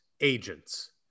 agents